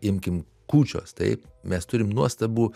imkim kūčios taip mes turim nuostabų